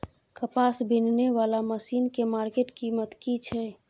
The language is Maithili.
कपास बीनने वाला मसीन के मार्केट कीमत की छै?